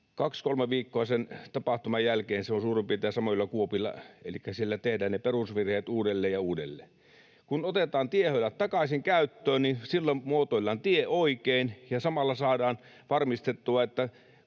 Kaksi, kolme viikkoa sen tapahtuman jälkeen se on suurin piirtein samoilla kuopilla, elikkä siellä tehdään ne perusvirheet uudelleen ja uudelleen. Kun otetaan tiehöylät takaisin käyttöön, niin silloin muotoillaan tie oikein ja samalla saadaan varmistettua, että